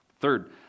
Third